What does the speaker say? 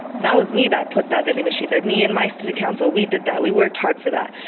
that was me that put that vending machine there. me and my student council, we did that, we worked hard for that.